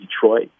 Detroit